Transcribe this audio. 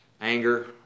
anger